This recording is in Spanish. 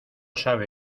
sabe